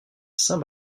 saint